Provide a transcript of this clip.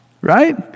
right